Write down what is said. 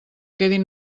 quedin